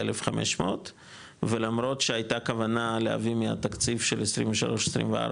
1,500 ולמרות שהייתה כוונה להביא מהתקציב של 23-24,